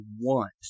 want